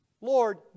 Lord